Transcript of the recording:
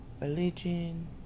religion